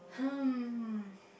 hmm